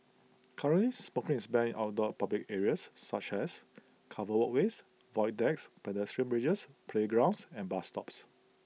currently smoking is banned in outdoor public areas such as covered walkways void decks pedestrian bridges playgrounds and bus stops